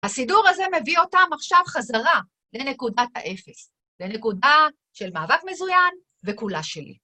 הסידור הזה מביא אותם עכשיו חזרה לנקודת האפס, לנקודה של מאבק מזוין וכולה שלי.